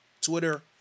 Twitter